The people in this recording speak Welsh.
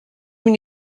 mynd